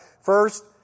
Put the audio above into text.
First